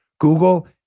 Google